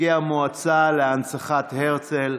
נציגי המועצה להנצחת הרצל,